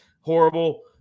horrible